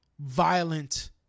violent